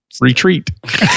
Retreat